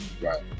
Right